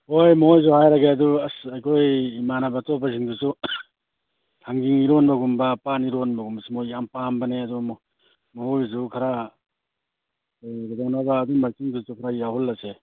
ꯍꯣꯏ ꯃꯣꯏꯁꯨ ꯍꯥꯏꯔꯒꯦ ꯑꯗꯨ ꯑꯁ ꯑꯩꯈꯣꯏ ꯏꯃꯥꯟꯅꯕ ꯑꯇꯣꯞꯄꯁꯤꯡꯗꯨꯁꯨ ꯊꯥꯡꯖꯤꯡ ꯏꯔꯣꯟꯕꯒꯨꯝꯕ ꯄꯥꯟ ꯏꯔꯣꯟꯕꯒꯨꯝꯕꯁꯤ ꯃꯣꯏ ꯌꯥꯝ ꯄꯥꯝꯕꯅꯦ ꯑꯗꯨ ꯃꯈꯣꯏꯒꯤꯁꯨ ꯈꯔ ꯀꯩꯗꯧꯅꯕ ꯑꯗꯨꯝꯕꯁꯤꯡꯗꯨꯁꯨ ꯈꯔ ꯌꯥꯎꯍꯜꯂꯁꯦ